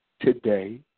today